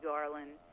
Garland